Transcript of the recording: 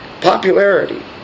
Popularity